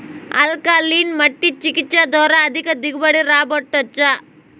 alkaline మట్టి చికిత్స ద్వారా అధిక దిగుబడి రాబట్టొచ్చా